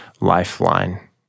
Lifeline